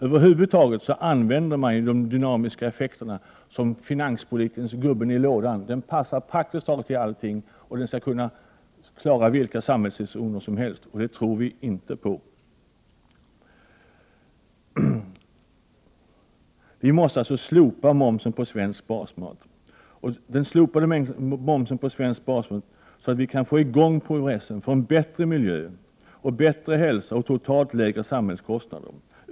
Över huvud taget använder man de dynamiska effekterna som finanspolitikens gubben i lådan. De passar praktiskt taget till allting och, de skall klara vilka samhällssektorer som helst. Men det tror inte miljöpartiet på. Vi måste alltså slopa momsen på svensk basmat. Man skall slopa momsen på svensk basmat så att det går att få i gång processen för en bättre miljö och bättre hälsa och totalt lägre samhällskostnader.